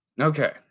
Okay